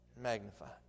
magnified